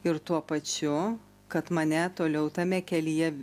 ir tuo pačiu kad mane toliau tame kelyje